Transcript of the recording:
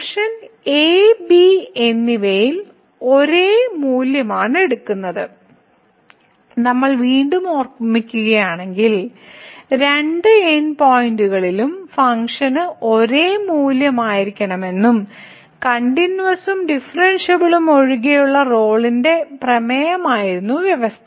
function a b എന്നിവയിൽ ഒരേ മൂല്യമാണ് എടുക്കുന്നത് നമ്മൾ വീണ്ടും ഓർമിക്കുകയാണെങ്കിൽ രണ്ട് എൻഡ് പോയിന്റുകളിലും ഫംഗ്ഷന് ഒരേ മൂല്യമുണ്ടായിരിക്കണമെന്നതിന്റെ കണ്ടിന്യൂവസും ഡിഫറെൻഷ്യബിലിറ്റിയും ഒഴികെയുള്ള റോളിന്റെ പ്രമേയമായിരു ന്നു വ്യവസ്ഥ